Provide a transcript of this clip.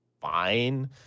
fine